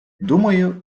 думаю